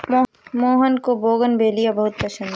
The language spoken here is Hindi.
मोहन को बोगनवेलिया बहुत पसंद है